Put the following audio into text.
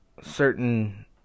certain